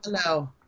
Hello